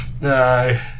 No